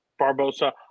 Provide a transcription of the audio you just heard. Barbosa